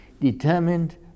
determined